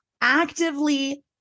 actively